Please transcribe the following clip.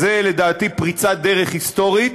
זו לדעתי פריצת דרך היסטורית,